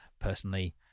personally